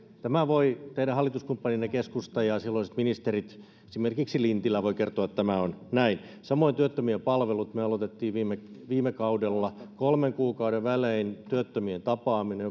tämän voi teidän hallituskumppaninne keskusta ja ja silloiset ministerit esimerkiksi lintilä kertoa että tämä on näin samoin työttömien palvelut me aloitimme viime viime kaudella kolmen kuukauden välein työttömien tapaaminen